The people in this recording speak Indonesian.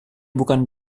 bukan